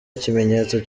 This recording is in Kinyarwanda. ikimenyetso